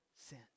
sin